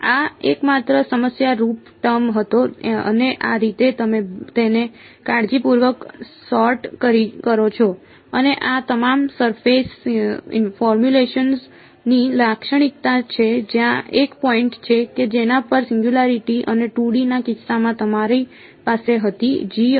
આ એકમાત્ર સમસ્યારૂપ ટર્મ હતો અને આ રીતે તમે તેને કાળજીપૂર્વક સૉર્ટ કરો છો અને આ તમામ સરફેસ ફોર્મ્યુલેશન ની લાક્ષણિકતા છે જ્યાં એક પોઈન્ટ છે કે જેના પર સિંગયુંલારીટી અને 2D ના કિસ્સામાં તમારી પાસે હતી અને